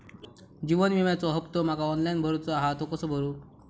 जीवन विम्याचो हफ्तो माका ऑनलाइन भरूचो हा तो कसो भरू?